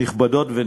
נכבדות ונכבדים,